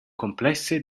complesse